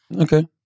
Okay